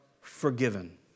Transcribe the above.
forgiven